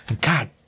God